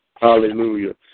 Hallelujah